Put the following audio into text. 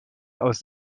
aus